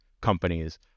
companies